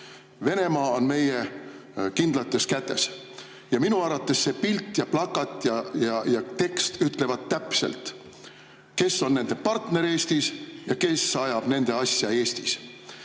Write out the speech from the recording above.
"Venemaa on meie kindlates kätes". Minu arvates see pilt, plakat ja tekst ütlevad täpselt, kes on nende partner Eestis ja kes ajab nende asja Eestis. Nüüd,